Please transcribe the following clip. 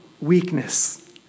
weakness